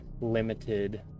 limited